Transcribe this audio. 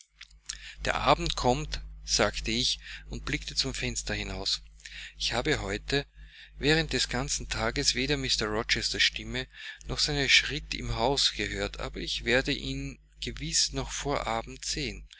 der abend kommt sagte ich und blickte zum fenster hinaus ich habe heute während des ganzen tages weder mr rochesters stimme noch seinen schritt im hause gehört aber ich werde ihn gewiß noch vor abend sehen